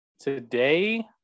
Today